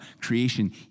creation